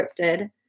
scripted